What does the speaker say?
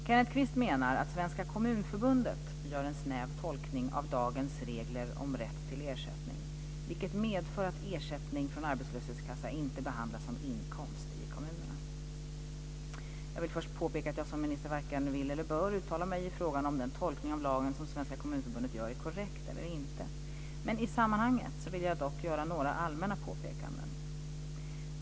Kenneth Kvist menar att Svenska Kommunförbundet gör en snäv tolkning av dagens regler om rätt till ersättning, vilket medför att ersättning från arbetslöshetskassa inte behandlas som inkomst i kommunerna. Jag vill först påpeka att jag som minister varken vill, eller bör, uttala mig i frågan om den tolkning av lagen som Svenska Kommunförbundet gör är korrekt eller inte. Men i det sammanhanget vill jag dock göra några allmänna påpekanden.